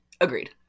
Agreed